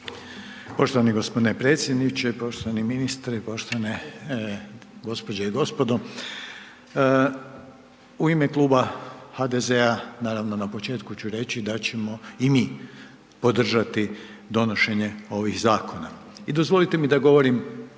Poštovani g. predsjedniče, poštovani ministre i poštovane gospođe i gospodo. U ime Kluba HDZ-a, naravno na početku ću reći da ćemo i mi podržati donošenje ovih zakona. I dozvolite mi da govorim